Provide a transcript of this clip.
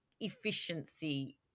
efficiency